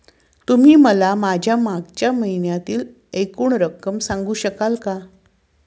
तुम्ही मला माझ्या मागच्या महिन्यातील एकूण रक्कम सांगू शकाल का?